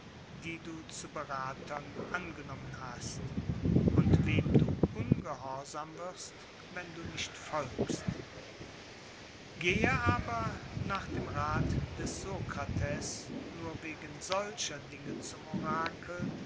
die du zu berathern angenommen hast und wem du ungehorsam wirst wenn du nicht folgst gehe aber nach dem rath des sokrates nur wegen solcher dinge zum orakel